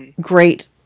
great